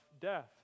death